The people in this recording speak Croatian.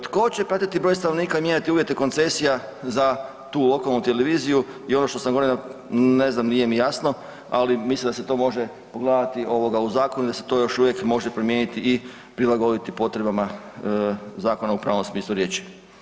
Tko će pratiti broj stanovnika i mijenjati uvjete koncesija za tu lokalnu televiziju i ono što sam govorio ne znam nije mi jasno, ali mislim da se to može pogledati u zakonu i da se to još uvijek može primijeniti i prilagoditi potrebama zakona u pravom smislu riječi.